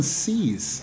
sees